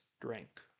drank